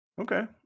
Okay